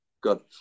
good